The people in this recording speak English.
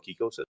ecosystem